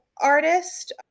artist